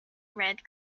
red